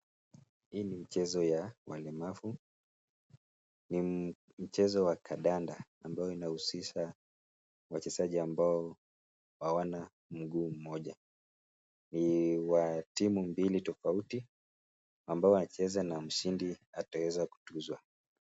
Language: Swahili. Hii ni mchezo ya walemavu. Ni mchezo wa kandanda, ambao unahusisha wachezaji ambao hawana mguu mmoja. Ni wa timu mbili tofauti, ambao wanacheza na mshindi ataweza kutuzwa.